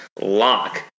lock